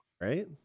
right